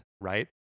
right